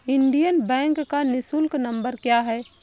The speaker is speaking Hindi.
इंडियन बैंक का निःशुल्क नंबर क्या है?